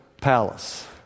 palace